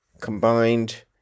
combined